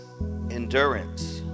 endurance